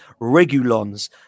Regulon's